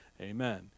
Amen